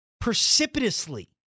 precipitously